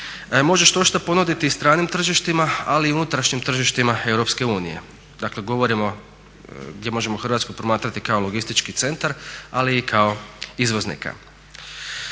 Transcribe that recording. može štošta ponuditi i stranim tržištima ali i unutarnjim tržištima EU. Dakle, govorimo gdje možemo Hrvatsku promatrati kao logistički centar ali i kao izvoznika.